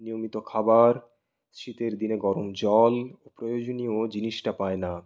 নিয়মিত খাবার শীতের দিনে গরম জল প্রয়োজনীয় জিনিসটা পায় না